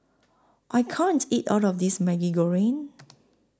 I can't eat All of This Maggi Goreng